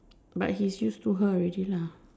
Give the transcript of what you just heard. but he is used to her already lah